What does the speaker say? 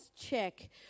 check